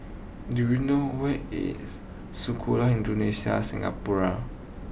do you know where is Sekolah Indonesia Singapura